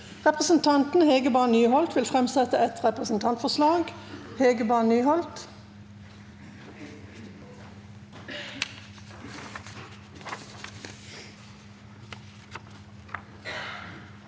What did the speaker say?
Representanten Hege Bae Nyholt vil framsette et representantforslag.